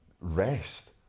rest